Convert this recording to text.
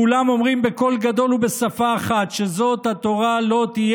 כולם אומרים בקול גדול ובשפה אחת שזאת התורה לא תהיה